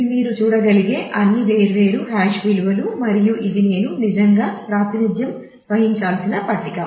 ఇది మీరు చూడగలిగే అన్ని వేర్వేరు హాష్ విలువలు మరియు ఇది నేను నిజంగా ప్రాతినిధ్యం వహించాల్సిన పట్టిక